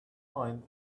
mind